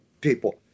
people